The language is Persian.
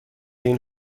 این